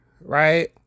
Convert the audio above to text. right